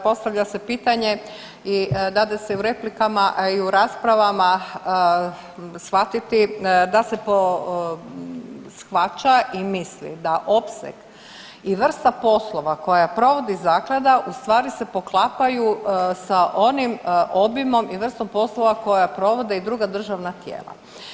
Postavlja se pitanje i dade se i u replikama, a i u raspravama shvatiti da se shvaća i misli da opseg i vrsta poslova koje provodi zaklada ustvari se poklapaju sa onim obimom i vrstom poslova koja provode i druga državna tijela.